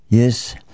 Yes